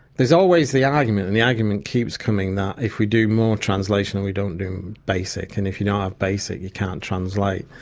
there's always the argument and the argument keeps coming that if we do more translation and we don't do basic, and if you don't know have basic you can't translate.